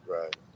Right